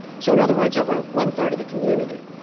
so in other words, over one third of the community